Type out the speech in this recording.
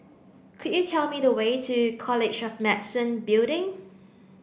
could you tell me the way to College of Medicine Building